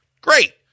great